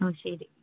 ഓ ശരി